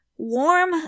Warm